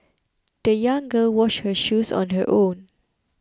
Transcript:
the young girl washed her shoes on her own